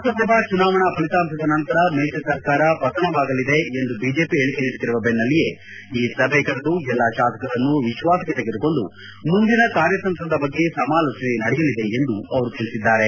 ಲೋಕಸಭಾ ಚುನಾವಣಾ ಫಲಿತಾಂಶದ ನಂತರ ಮೈತ್ರಿ ಸರ್ಕಾರ ಫತನವಾಗಲಿದೆ ಎಂದು ಬಿಜೆಪಿ ಹೇಳಿಕೆ ನೀಡುತ್ತಿರುವ ಬೆನ್ನಲ್ಲಿಯೇ ಈ ಸಭೆ ಕರೆದು ಎಲ್ಲ ತಾಸಕರನ್ನು ವಿಶ್ವಾಸಕ್ಕೆ ತೆಗೆದುಕೊಂಡು ಮುಂದಿನ ಕಾರ್ಯತಂತ್ರದ ಬಗ್ಗೆ ಸಮಾಲೋಚನೆ ನಡೆಯಲಿದೆ ಎಂದು ಅವರು ತಿಳಿಸಿದ್ದಾರೆ